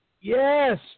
Yes